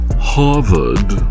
Harvard